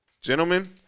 Gentlemen